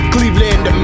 Cleveland